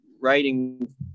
writing